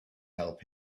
help